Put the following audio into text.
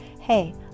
Hey